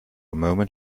moment